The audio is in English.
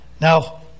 Now